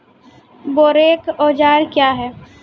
बोरेक औजार क्या हैं?